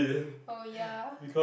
oh ya